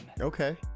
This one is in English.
okay